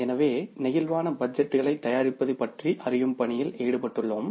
எனவே flexible budget டுகளைத் தயாரிப்பது பற்றி அறியும் பணியில் ஈடுபட்டுள்ளோம்